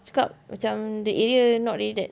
cakap macam the area not really that